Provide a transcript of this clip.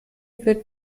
wird